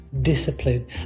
discipline